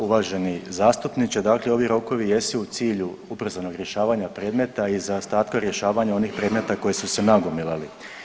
Uvaženi zastupniče, dakle ovi rokovi jesu u cilju ubrzanog rješavanja predmeta i zaostatka rješavanja onih predmeta koji su se nagomilali.